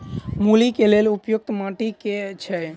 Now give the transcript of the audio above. मूली केँ लेल उपयुक्त माटि केँ छैय?